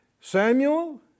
Samuel